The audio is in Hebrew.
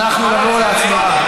אנחנו נעבור להצבעה.